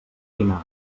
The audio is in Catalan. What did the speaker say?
dinar